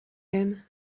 him